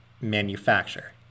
manufacture